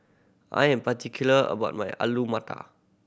I am particular about my Alu Matar